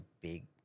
big